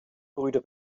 brüder